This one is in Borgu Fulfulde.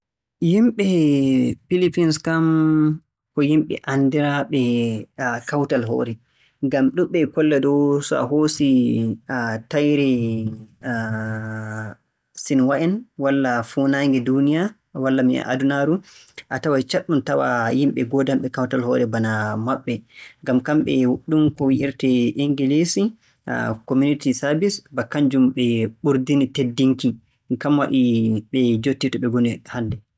Yimɓe Pilipins kam ko yimɓe anndiraaɓe kawtal hoore. Ngam ɗuuɗɓe dow so a hoosi taƴre Sinwa'en walla fuɗnaange duuniya walla adunaaru, a taway caɗɗum tawaa yimɓe ngoodanɓe kawtal hoore bana maɓɓe. Ngam kamɓe ɗum ko wi'irtee Inngiliisi, 'community service' kannjum ɓe ɓurdini teddinki. Kan waɗi ɓe njottii to ɓe ngoni hannde.